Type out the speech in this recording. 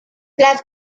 las